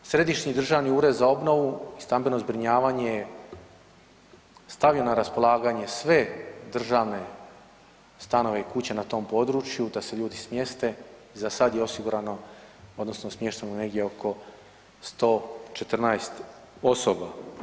Središnji državni ured za obnovu i stambeno zbrinjavanje je stavio na raspolaganje sve državne stanove i kuće na tom području da se ljudi smjeste, za sad je osigurano odnosno smješteno negdje oko 114 osoba.